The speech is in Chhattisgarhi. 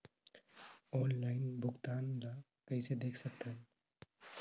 ऑनलाइन भुगतान ल कइसे देख सकथन?